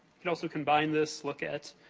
can also combine this. look at,